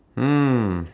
hmm